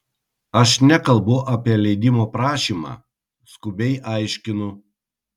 aš nekalbu apie leidimo prašymą skubiai aiškinu